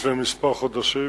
לפני כמה חודשים.